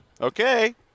Okay